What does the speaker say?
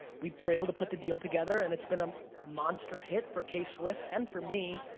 we were able to put the deal together and it's been a monster hit for k-swiss and for me.